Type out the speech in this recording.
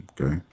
okay